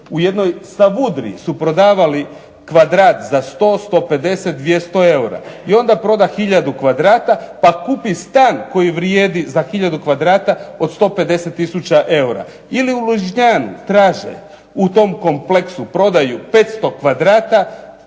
u jednoj Savudriji su prodavali kvadrat za 100, 150, 200 eura, i onda proda hiljadu kvadrata, pa kupi stan koji vrijedi za hiljadu kvadrata od 150 tisuća eura. Ili u Ložnjanu traže u tom kompleksu prodaju 500 kvadrata